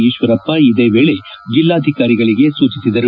ಈಶ್ವರಪ್ಪ ಇದೇ ವೇಳೆ ಜಿಲ್ಡಾಧಿಕಾರಿಗಳಿಗೆ ಸೂಚಿಸಿದರು